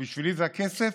ובשבילי זה הכסף